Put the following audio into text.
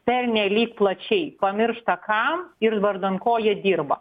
pernelyg plačiai pamiršta kam ir vardan ko jie dirba